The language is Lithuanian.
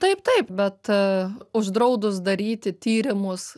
taip taip bet uždraudus daryti tyrimus